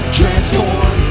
transform